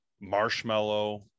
marshmallow